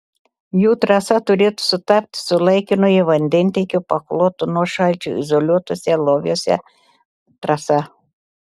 jų trasa turėtų sutapti su laikinojo vandentiekio pakloto nuo šalčio izoliuotuose loviuose trasa